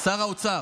שר האוצר.